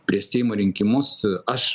prieš seimo rinkimus aš